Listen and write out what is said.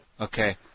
Okay